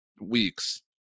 weeks